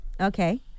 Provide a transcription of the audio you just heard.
Okay